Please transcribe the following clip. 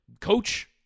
coach